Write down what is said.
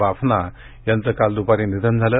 बाफना यांचं काल दूपारी निधन झालं